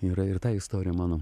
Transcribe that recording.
yra ir ta istorija mano